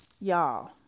Y'all